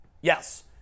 Yes